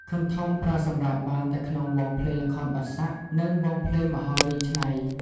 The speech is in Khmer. ឃឹមធំប្រើប្រាស់បានតែក្នុងវង់ភ្លេងល្ខោនបាសាក់ និងវង់ភ្លេងមហោរីច្នៃ។